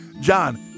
John